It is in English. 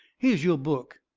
here's your book.